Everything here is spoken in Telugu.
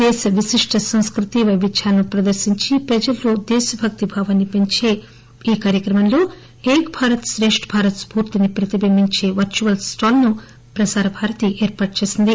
దేశ విశిష్ట సంస్కృతి వైవిధ్యాన్ని ప్రదర్శించి ప్రజల్లో దేశ భక్తి భావాన్ని పెంచే ఈ కార్యక్రమంలో ఏక్ భారత్ శ్రేష్ట్ భారత్ స్ఫూర్తిని ప్రతిభింబించే వర్చువల్ స్టాల్ ను ప్రసార భారతీ ఏర్పాటు చేసింది